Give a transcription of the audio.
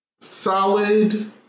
solid